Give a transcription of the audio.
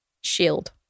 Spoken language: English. shield